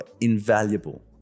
invaluable